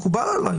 מקובל עליי,